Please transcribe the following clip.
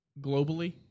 globally